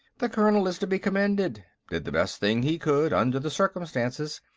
the colonel is to be commended did the best thing he could, under the circumstances.